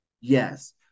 Yes